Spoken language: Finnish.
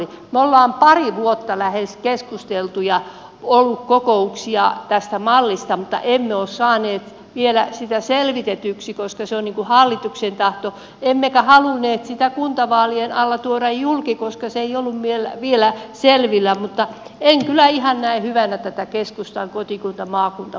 me olemme lähes pari vuotta keskustelleet ja on ollut kokouksia tästä mallista mutta emme ole saaneet vielä sitä selvitetyksi koska se on hallituksen tahto emmekä halunneet sitä kuntavaalien alla tuoda julki koska se ei ollut vielä selvillä mutta en kyllä ihan näe hyvänä tätä keskustan kotikuntamaakunta malliakaan